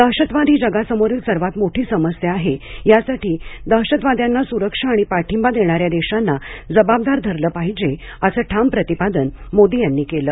दहशतवाद ही जगासमोरील सर्वांत मोठी समस्या आहे यासाठी दहशतवाद्यांना सुरक्षा आणि पाठींबा देणाऱ्या देशांना जबाबदार धरलं पाहिजे असं ठाम मोदी यांनी केलं